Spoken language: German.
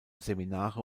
seminare